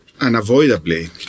unavoidably